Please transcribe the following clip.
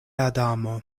adamo